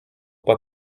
pas